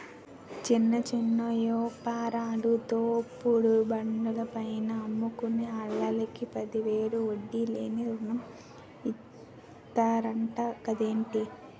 చిన్న చిన్న యాపారాలు, తోపుడు బండ్ల పైన అమ్ముకునే ఆల్లకి పదివేలు వడ్డీ లేని రుణం ఇతన్నరంట కదేటి